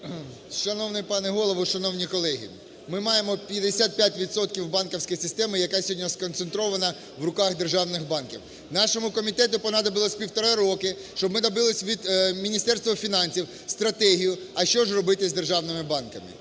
Шановний пане Голово! Шановні колеги! Ми маємо 55 відсотків банківської системи, яка сьогодні сконцентрована в руках державних банків. Нашому комітету понадобилось півтора роки, щоб ми добились від Міністерства фінансів стратегії, а що ж робити з державними банками.